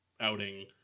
outing